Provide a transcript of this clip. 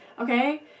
okay